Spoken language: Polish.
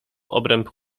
obręb